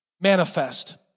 Manifest